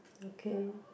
okay